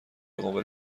قابل